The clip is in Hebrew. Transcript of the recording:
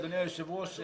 אדוני היושב ראש,